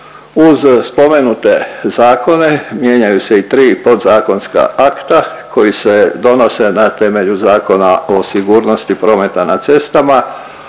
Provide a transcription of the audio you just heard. Uz spomenute zakone mijenjaju se i 3 podzakonska akta koji se donose na temelju Zakona o sigurnosti prometa na cestama,